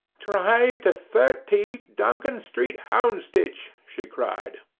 drive to thirteen, duncan street, houndsditch she cried.